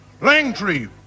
Langtree